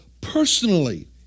personally